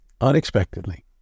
unexpectedly